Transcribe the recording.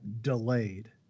delayed